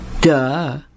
Duh